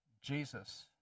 Jesus